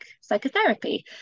psychotherapy